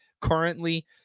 currently